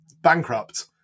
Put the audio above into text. bankrupt